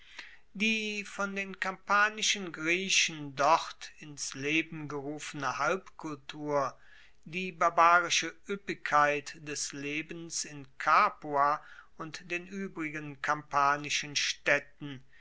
die von den kampanischen griechen dort ins leben gerufene halbkultur die barbarische ueppigkeit des lebens in capua und den uebrigen kampanischen staedten